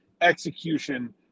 execution